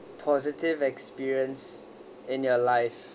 positive experience in your life